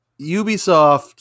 Ubisoft